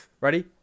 Ready